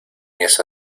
esa